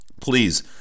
please